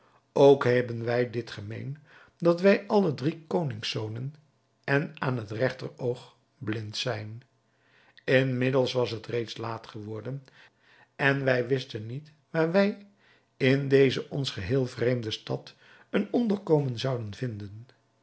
ook hebben wij dit gemeen dat wij alle drie koningszonen en aan het regter oog blind zijn inmiddels was het reeds laat geworden en wij wisten niet waar wij in deze ons geheel vreemde stad een onderkomen zouden vinden